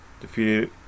defeated